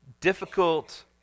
difficult